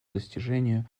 достижению